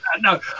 no